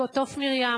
תוף מרים,